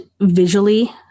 visually